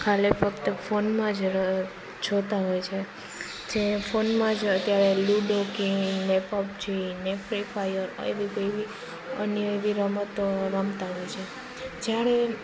આજે ફક્ત ફોનમાં જ જોતાં હોય છે જે ફોનમાં જ અત્યારે લુડો કે ને પબજી ને ફ્રી ફાયર અને એવી રમતો રમતાં હોય છે જાણે